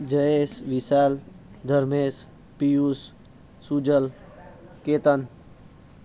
Jayesh Vishal Dharmesh Piyush Sujal Ketan